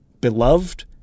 beloved